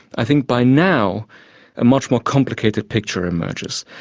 i think by now a much more complicated picture emerges.